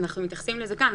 אנחנו מתייחסים לזה כאן,